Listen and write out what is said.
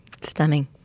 Stunning